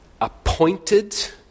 appointed